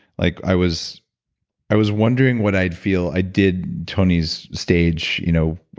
like i was i was wondering what i'd feel. i did tony's stage, you know,